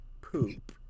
Poop